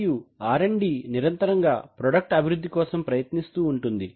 మరియు R D R D నిరంతరంగా product అబివృద్ది కోసం ప్రయత్నిస్తూ ఉంటుంది